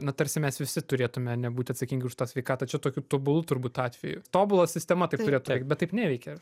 na tarsi mes visi turėtume nebūti atsakingi už tą sveikatą čia tokiu tobulu turbūt atveju tobula sistema taip turėtų veikt bet taip neveikia ir